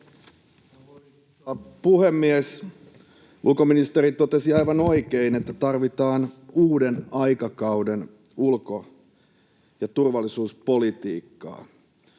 puhemies! Ulkoministeri totesi aivan oikein, että tarvitaan uuden aikakauden ulko‑ ja turvallisuuspolitiikkaa.